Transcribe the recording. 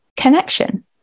connection